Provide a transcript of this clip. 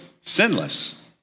sinless